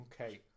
Okay